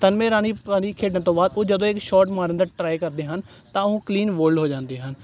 ਸਤਾਨਵੇਂ ਰਨ ਪਾਰੀ ਖੇਡਣ ਤੋਂ ਬਾਅਦ ਉਹ ਜਦੋਂ ਇੱਕ ਸ਼ਾਰਟ ਮਾਰਨ ਦਾ ਟਰਾਈ ਕਰਦੇ ਹਨ ਤਾਂ ਉਹ ਕਲੀਨ ਬੋਲਡ ਹੋ ਜਾਂਦੇ ਹਨ